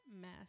mess